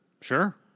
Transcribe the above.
Sure